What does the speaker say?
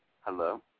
Hello